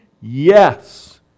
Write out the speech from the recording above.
Yes